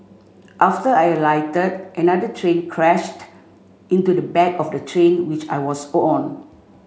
after I alighted another train crashed into the back of the train which I was on